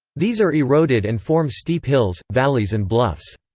these are eroded and form steep hills, valleys and bluffs.